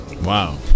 Wow